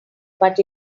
but